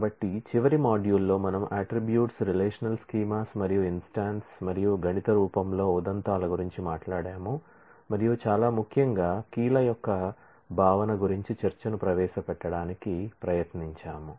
కాబట్టి చివరి మాడ్యూల్లో మనము అట్ట్రిబ్యూట్స్ రిలేషనల్ స్కీమాస్ మరియు ఇంస్టాన్సెస్ మరియు గణిత రూపంలో ఉదంతాల గురించి మాట్లాడాము మరియు చాలా ముఖ్యంగా కీ ల యొక్క భావన గురించి చర్చను ప్రవేశపెట్టడానికి ప్రయత్నించాము